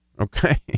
okay